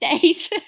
days